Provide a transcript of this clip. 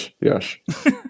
yes